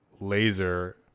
laser